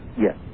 Yes